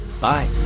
bye